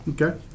Okay